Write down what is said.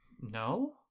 No